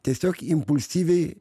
tiesiog impulsyviai